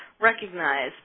recognize